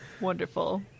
Wonderful